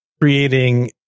creating